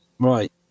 Right